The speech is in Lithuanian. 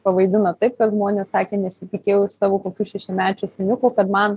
pavaidina taip kad žmonės sakė nesitikėjau savo kokių šešiamečių šuniukų kad man